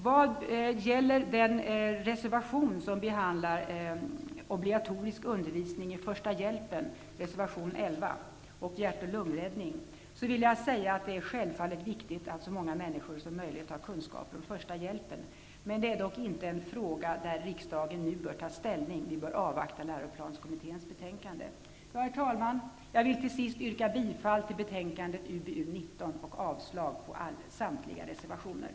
Vad gäller den reservation som behandlar obligatorisk undervisning i första hjälpen och hjärtlung-räddning, reservation 11, vill jag säga att det självfallet är viktigt att så många människor som möjligt har kunskaper om första hjälpen. Det är dock inte en fråga där riksdagen nu bör ta ställning. Vi bör avvakta läroplanskommitténs betänkande. Herr talman! Jag vill till sist yrka bifall till utbildningsutskottets hemställan i betänkandet